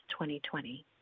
2020